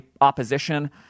opposition